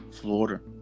Florida